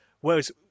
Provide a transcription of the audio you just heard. Whereas